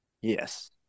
Yes